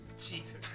Jesus